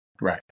Right